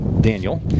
Daniel